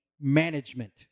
management